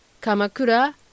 Kamakura